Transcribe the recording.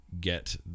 get